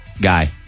guy